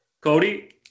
Cody